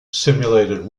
simulated